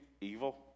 evil